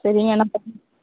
சரிங்க நான் பண்ணி